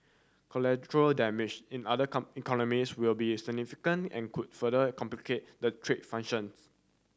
collateral damage in other come economies will be significant and could further complicate the trade